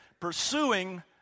Pursuing